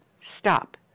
Stop